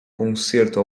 concerto